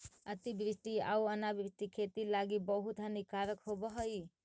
अतिवृष्टि आउ अनावृष्टि खेती लागी बहुत हानिकारक होब हई